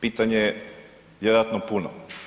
Pitanje je, vjerojatno puno.